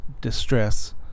distress